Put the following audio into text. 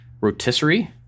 rotisserie